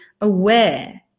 aware